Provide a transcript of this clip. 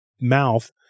mouth